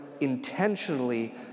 intentionally